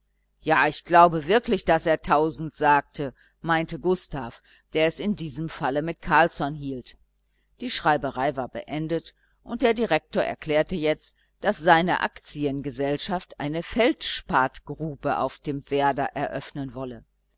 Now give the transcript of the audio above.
ja ich glaube wirklich daß er tausend sagte meinte gustav der es in diesem falle mit carlsson hielt die schreiberei war beendet und der direktor erklärte jetzt daß seine aktiengesellschaft eine feldspatgrube auf dem werder eröffnen wolle